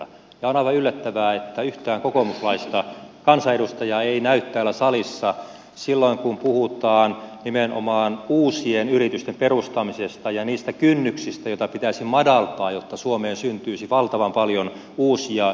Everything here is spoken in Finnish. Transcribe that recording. on aivan yllättävää että yhtään kokoomuslaista kansanedustajaa ei näy täällä salissa silloin kun puhutaan nimenomaan uusien yritysten perustamisesta ja niistä kynnyksistä joita pitäisi madaltaa jotta suomeen syntyisi valtavan paljon uusia yksinyrittäjiä pk yrittäjiä